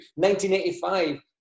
1985